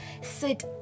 sit